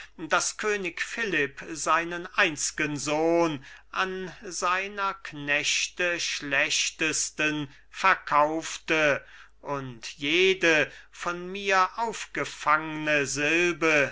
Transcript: daß könig philipp seinen einzgen sohn an seiner knechte schlechtesten verkaufte und jede von mir aufgefangne silbe